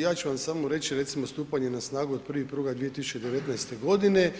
Ja ću vam samo reći recimo stupanje na snagu od 1.1.2019.g.,